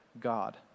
God